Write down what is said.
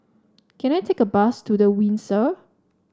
can I take a bus to The Windsor